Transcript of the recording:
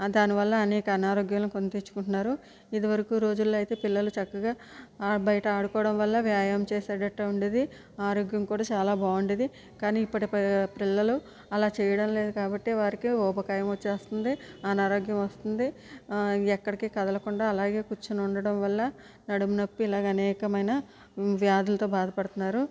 దానివల్ల అనేక అనారోగ్యాలు కొని తెచ్చుకుంటున్నారు ఇదివరకు రోజులలో అయితే పిల్లలు చక్కగా బయట ఆడుకోవడం వల్ల వ్యాయామం చేసేటట్టు ఉండేది ఆరోగ్యం కూడా చాలా బాగుండేది కానీ ఇప్పటి పిల్లలు అలా చేయడం లేదు కాబట్టి వారికి ఊబకాయం వస్తుంది అనారోగ్యం వస్తుంది ఎక్కడికి కదలకుండా అలాగే కూర్చుని ఉండటం వల్ల నడుము నొప్పి ఇలాగ అనేకమైన వ్యాధులతో బాధపడుతున్నారు